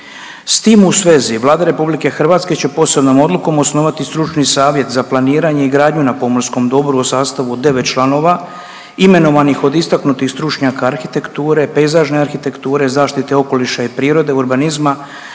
S tim u svezi Vlada RH će posebnom odlukom osnovati stručni savjet za planiranje i gradnju na pomorskom dobru u sastavu devet članova imenovanih od istaknutih stručnjaka arhitekture, pejzažne arhitekture, zaštite okoliša i prirode, urbanizma,